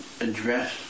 address